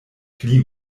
pli